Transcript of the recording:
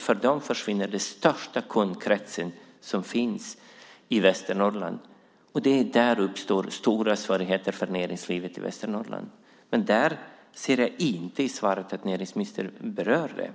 För dem försvinner den största kundkretsen som finns i Västernorrland. Och det är där som det uppstår stora svårigheter för näringslivet i Västernorrland. Men i svaret berör inte näringsministern detta.